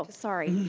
ah sorry.